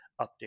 update